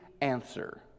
answer